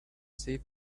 save